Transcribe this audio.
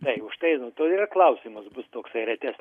tai užtai nu to ir klausimas bus toksai retesnis